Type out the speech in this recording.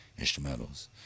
instrumentals